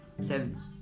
seven